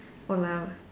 !walao!